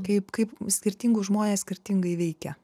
kaip kaip skirtingus žmones skirtingai veikia